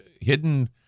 hidden